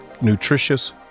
nutritious